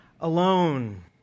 alone